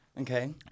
okay